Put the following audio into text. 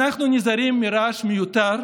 אנחנו נזהרים מרעש מיותר,